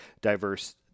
diverse